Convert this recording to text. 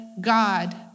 God